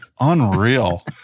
Unreal